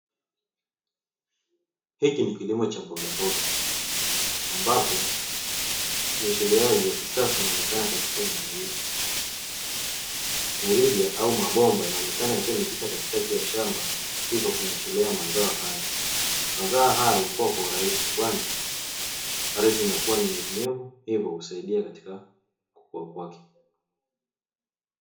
Hiki ni kilimo cha mbogamboga ambapo unyesheleaji wa kisasa unaonekana katika eneo hili. Mirija au mabomba yanaonekana yakiwa yamepita katikati ya shamba, hivyo kunyeshelea mazao hayo. Mazao hayo hukua kwa urahisi kwani ardhi inakua ni nyevunyevu, hivyo husaidia katika kukua kwake.